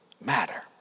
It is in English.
Matter